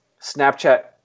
Snapchat